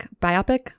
biopic